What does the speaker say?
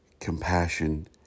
Compassion